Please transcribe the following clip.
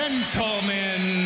Gentlemen